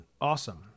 Awesome